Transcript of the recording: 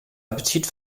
appetit